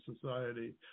society